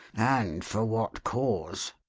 and for what cause.